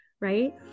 right